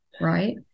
right